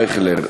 אייכלר,